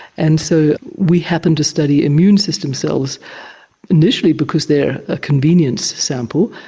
and so we happened to study immune system cells initially because they're a convenience sample,